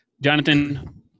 jonathan